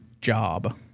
job